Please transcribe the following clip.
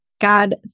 God